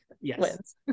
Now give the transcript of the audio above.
yes